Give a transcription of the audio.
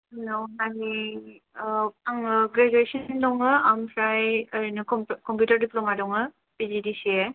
hello आंनि आङो ग्रेजुएसनयैनो दंयो ओमफ्राय ओरैनो कमपिउतार दिफ्लमा दङो फिगिडिसिए